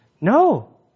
No